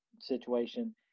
situation